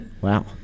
Wow